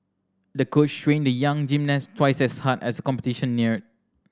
the coach trained the young gymnast twice as hard as competition neared